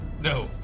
No